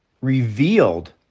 revealed